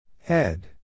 Head